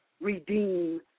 redeem